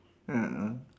ah ah